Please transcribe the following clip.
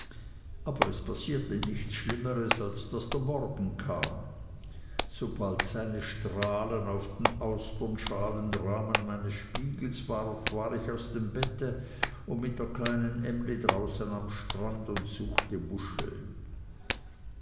aber es passierte nichts schlimmeres als daß der morgen kam sobald er seine strahlen auf den austernschalenrahmen meines spiegels warf war ich aus dem bette und mit der kleinen emly draußen am strand und suchte muscheln